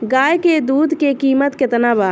गाय के दूध के कीमत केतना बा?